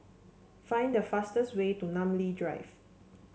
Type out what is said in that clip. find the fastest way to Namly Drive